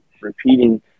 repeating